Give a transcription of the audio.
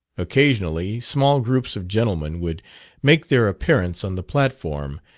occasionally, small groups of gentlemen would make their appearance on the platform,